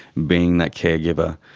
being that caregiver,